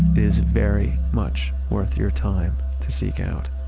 is very much worth your time to seek out.